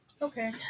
Okay